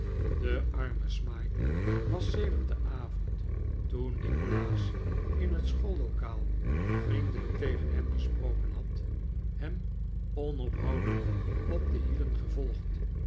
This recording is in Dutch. de arme smike was sedert den avond toen nikolaas in het schoollokaal vriendelijk tegen hem gesproken had hem onophoudelijk op de hielen gevolgd